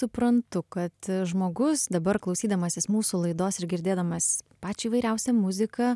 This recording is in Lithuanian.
suprantu kad žmogus dabar klausydamasis mūsų laidos ir girdėdamas pačią įvairiausią muziką